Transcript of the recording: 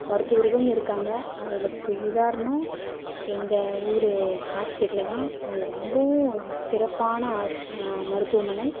மருத்துவர்களும் இருக்காங்க அதில் து உதாரணம் எங்கள் ஊர் ஹாஸ்பிட்டல் தான் அது ரொம்பவும் சிறப்பான ஆஸ் மருத்துவமனை